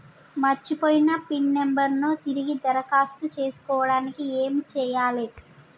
మర్చిపోయిన pin number ను తిరిగి దరఖాస్తు చేసుకోవడానికి ఏమి చేయాలే?